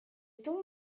tombe